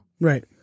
right